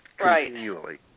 continually